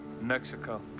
Mexico